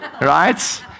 right